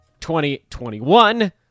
2021